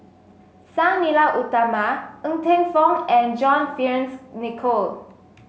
Sang Nila Utama Ng Teng Fong and John Fearns Nicoll